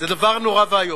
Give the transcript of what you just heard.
זה דבר נורא ואיום.